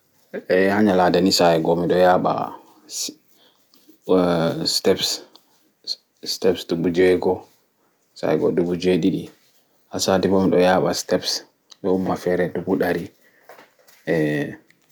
Eeh ha nyalaaɗe ni sa'I go mi ɗo yaaɓa steps steps ɗuɓu jeego saigo ɗuɓu jeɗiɗi ha saati ɓo mi ɗo yaaɓa steps ɗo umma fere ɗuɓu ɗari